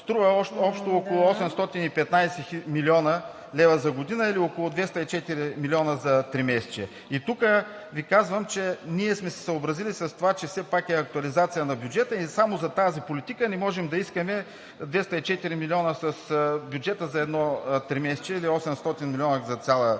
струва общо около 815 млн. лв. за година, или около 204 милиона за тримесечие. И тук Ви казвам, че ние сме се съобразили с това, че все пак е актуализация на бюджета, и само за тази политика не можем да искаме 204 милиона с бюджета за едно тримесечие, или 800 милиона за цяла година